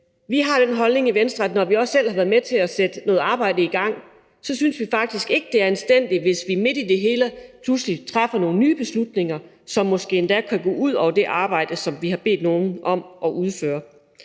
vi har den holdning i Venstre, at når vi også selv har været med til at sætte noget arbejde i gang, synes vi faktisk ikke, det er anstændigt, hvis vi midt i det hele pludselig træffer nogle nye beslutninger, som måske endda kan gå ud over det arbejde, som vi har bedt nogen om at udføre.